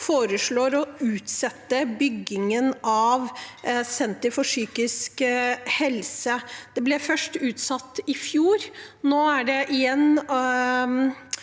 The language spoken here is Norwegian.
foreslår å utsette byggingen av senter for psykisk helse. Det ble først utsatt i fjor. Nå er det igjen